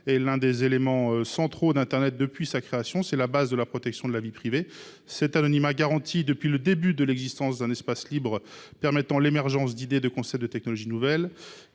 est l’un des éléments centraux d’internet depuis sa création. C’est la base de la protection de la vie privée. Cet anonymat, garanti depuis le début de l’existence d’un espace libre, a permis l’émergence d’idées, de concepts et de technologies nouvelles,